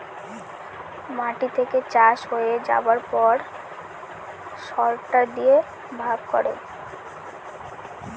মাটি থেকে চাষ হয়ে যাবার পর সরটার দিয়ে ভাগ করে